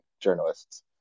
journalists